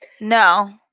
No